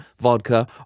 vodka